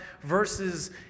verses